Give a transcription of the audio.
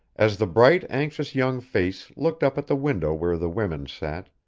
as the bright, anxious young face looked up at the window where the women sat,